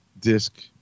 disc